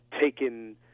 taken